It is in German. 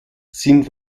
sind